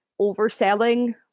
overselling